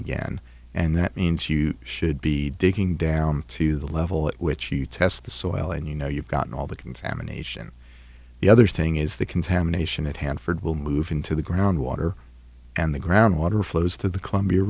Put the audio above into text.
again and that means you should be digging down to the level at which you test the soil and you know you've got all the contamination the other thing is the contamination at hanford will move into the groundwater and the ground water flows to the columbia